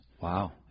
Wow